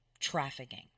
Trafficking